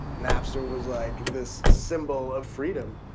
napster was like this symbol of freedom.